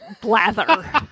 blather